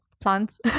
Plants